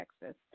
Texas